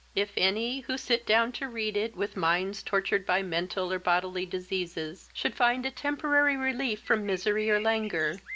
if any, who sit down to read it with minds tortured by mental or bodily diseases, should find a temporary relief from misery or languor,